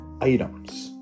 items